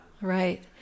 Right